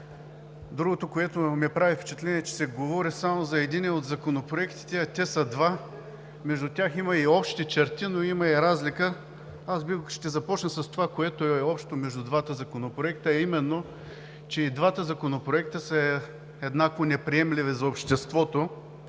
Другото, което ми прави впечатление, е, че се говори само за единия от законопроектите, а те са два. Между тях има и общи черти, но има и разлика. Аз ще започна с това, което е общото между двата законопроекта, а именно, че и двата законопроекта са еднакво неприемливи за обществото